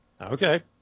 Okay